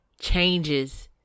changes